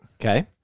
Okay